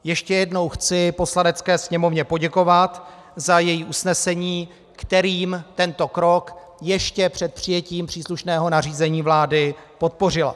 Ještě jednou chci Poslanecké sněmovně poděkovat za její usnesení, kterým tento krok ještě před přijetím příslušného nařízení vlády podpořila.